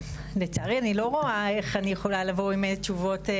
לצערי, אני לא רואה איך אני יכולה לבוא עם תשובות.